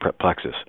plexus